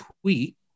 tweet